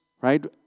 right